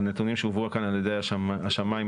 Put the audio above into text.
לדעתי חשוב פה לשמוע גם את העמדה של היזמים,